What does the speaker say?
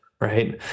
right